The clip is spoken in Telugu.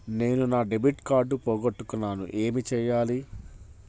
నేను నా డెబిట్ కార్డ్ పోగొట్టుకున్నాను ఏమి చేయాలి?